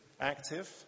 active